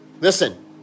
Listen